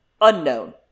unknown